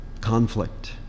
conflict